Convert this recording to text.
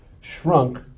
shrunk